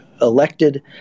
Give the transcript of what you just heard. elected